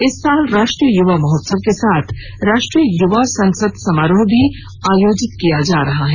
इस साल राष्ट्रीय युवा महोत्सव के साथ राष्ट्रीय युवा संसद समारोह भी आयोजित किया जा रहा है